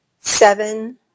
seven